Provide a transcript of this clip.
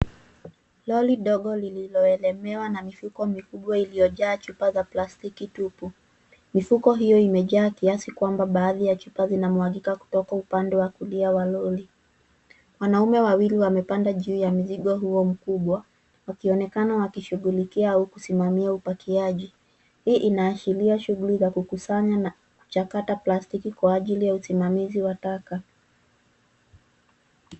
Lori ndogo lililolemewa na mifuko mikubwa iliyojaa chupa za plastiki tupu. Mifuko hiyo imejaa kiasi kwamba baadhi ya chupa zinamwagika kutoka upande wa kulia wa lori. Wanaume wawili wamepanda juu ya mizigo huo mkubwa wakionekana wakishughulikia au kusimamia upakiaji. Hii inaashiria shughuli za kukusanya na mchakato plastiki kwa ajili ya usimamizi wa taka.